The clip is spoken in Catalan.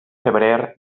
febrer